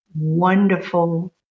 wonderful